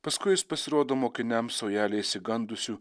paskui jis pasirodo mokiniams saujelei išsigandusių